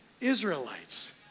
Israelites